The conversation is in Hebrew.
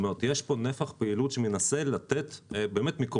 כלומר יש פה נפח פעילות שמנסה לתת תעסוקה.